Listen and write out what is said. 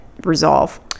resolve